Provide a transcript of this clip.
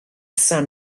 son